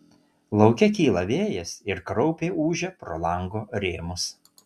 lauke kyla vėjas ir kraupiai ūžia pro lango rėmus